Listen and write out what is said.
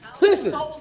Listen